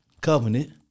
covenant